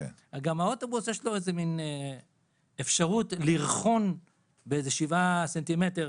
לאוטובוס גם יש מעין אפשרות לרכון את עצמו בשבעה סנטימטר,